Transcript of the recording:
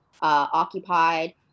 occupied